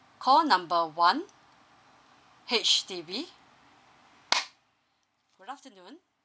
call number one H_D_B good afternoon